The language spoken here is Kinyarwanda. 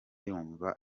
yumva